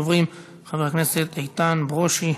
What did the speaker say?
ראשון הדוברים, חבר הכנסת איתן ברושי.